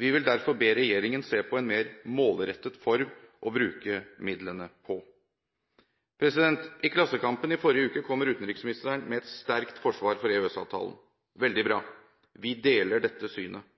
Vi vil derfor be regjeringen se på en mer målrettet form å bruke midlene på. I Klassekampen i forrige uke kom utenriksministeren med et sterkt forsvar for EØS-avtalen – veldig bra. Vi deler dette synet.